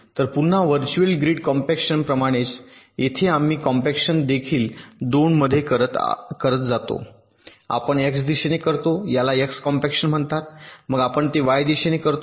तरपुन्हा virtual grid compaction प्रमाणेच येथे आम्ही कॉम्पॅक्शन देखील 2 मध्ये करत जातो आपण x दिशेने करतो याला x कॉम्पॅक्शन म्हणतात मग आपण ते y च्या दिशेने करतो